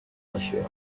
taşıyor